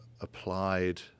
applied